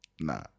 nah